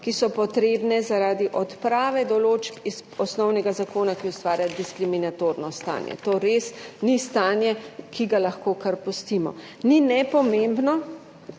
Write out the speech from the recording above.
ki so potrebne, zaradi odprave določb iz osnovnega zakona, ki ustvarja diskriminatorno stanje. To res ni stanje, ki ga lahko kar pustimo. Ni nepomembno,